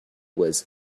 was